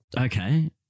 Okay